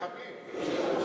מחבלים.